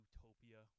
Utopia